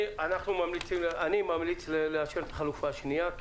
אני ממליץ לאשר את החלופה השנייה,